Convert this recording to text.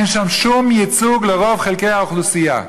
אין שם שום ייצוג לרוב חלקי האוכלוסייה.